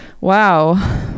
wow